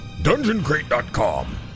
dungeoncrate.com